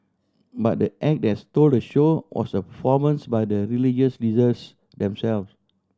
but the act that stole the show was a performance by the religious leaders themselves